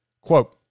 Quote